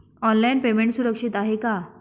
Online payment सुरक्षित आहे का?